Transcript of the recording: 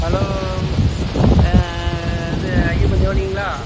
hello இது ஐயப்பன் ஜவுளிகங்ளா